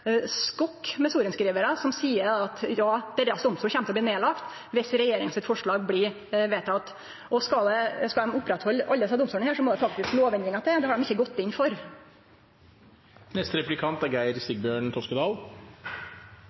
skokk med sorenskrivarar, som seier at deira domstol kjem til å bli lagd ned om regjeringas forslag blir vedteke. Skal ein oppretthalde alle desse domstolane, må det faktisk lovendringar til – det har dei ikkje gått inn for. Når det gjelder alvorlige og tunge barnesaker, er